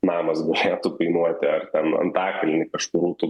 namas galėtų kainuoti ar ten antakalny kažkur rūtų